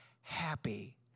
happy